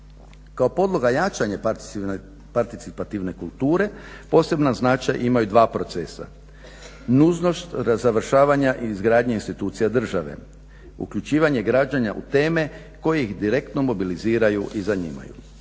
Kao podloga jačanje participativne kulture poseban značaj imaju dva procesa. Nužnost razavršavanja i izgradnje insitucija države, uključivanje građana u teme koje ih direktno mobiliziraju i zanimaju.